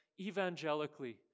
evangelically